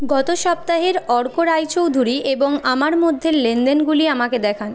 গত সপ্তাহের অর্ক রায়চৌধুরী এবং আমার মধ্যের লেনদেনগুলি আমাকে দেখান